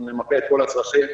נמפה את כל הצרכים,